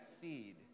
seed